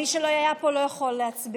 מי שלא היה פה לא יכול להצביע.